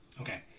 Okay